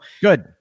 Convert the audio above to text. good